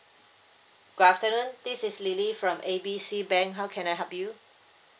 good afternoon this is lily from A B C bank how can I help you